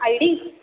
ID